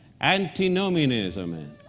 antinomianism